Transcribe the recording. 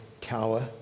tower